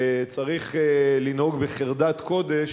וצריך לנהוג בחרדת קודש